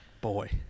Boy